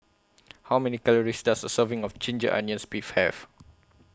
How Many Calories Does A Serving of Ginger Onions Beef Have